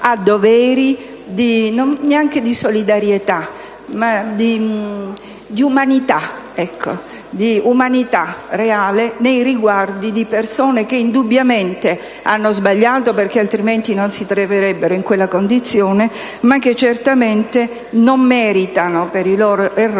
doveri, neanche di solidarietà, ma di umanità reale nei riguardi di persone che indubbiamente hanno sbagliato (altrimenti non si troverebbero in quella condizione), ma che certamente non devono per i loro errori